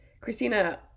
Christina